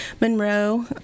Monroe